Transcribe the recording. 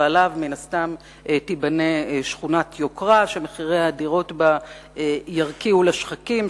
ועליו מן הסתם תיבנה שכונת יוקרה שמחירי הדירות בה ירקיעו לשחקים,